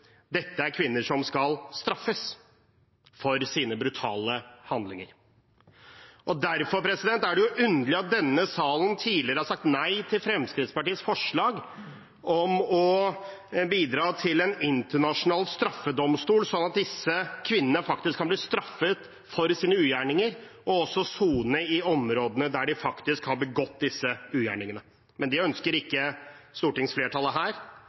Dette er kvinner som skal straffes for sine brutale handlinger. Derfor er det jo underlig at denne salen tidligere har sagt nei til Fremskrittspartiets forslag om å bidra til en internasjonal straffedomstol, sånn at disse kvinnene faktisk kan bli straffet for sine ugjerninger, og også sone i områdene der de faktisk har begått disse ugjerningene. Men det ønsker ikke stortingsflertallet her.